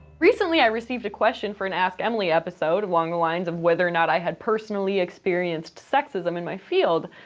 recently i received a question for an ask emily episode along the lines of whether or not i had personally experienced sexism in my field,